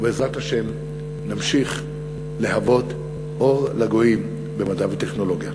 ובעזרת השם נמשיך להוות אור לגויים במדע וטכנולוגיה.